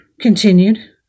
Continued